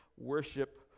worship